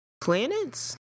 planets